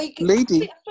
Lady